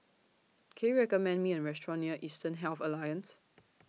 Can YOU recommend Me A Restaurant near Eastern Health Alliance